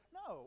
no